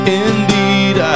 indeed